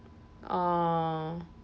oh